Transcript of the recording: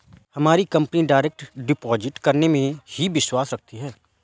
हमारी company direct deposit करने में ही विश्वास रखती है